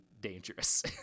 dangerous